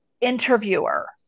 interviewer